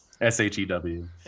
S-H-E-W